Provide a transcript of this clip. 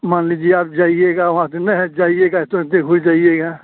मान लीजिए आप जाइएगा वहाँ से नहीं ही जाइएगा तुरन्त लौट भी जाइएगा